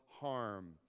harm